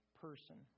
person